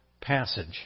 passage